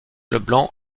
leblanc